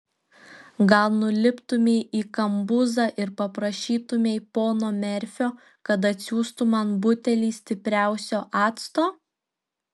gal nuliptumei į kambuzą ir paprašytumei pono merfio kad atsiųstų man butelį stipriausio acto